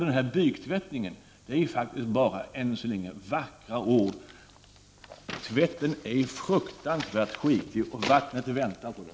Den omtalade tvättningen av byken är än så länge bara vackra ord. Tvätten är fruktansvärt skitig, och vattnet väntar på den.